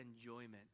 enjoyment